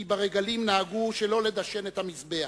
כי ברגלים נהגו שלא לדשן את המזבח,